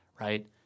right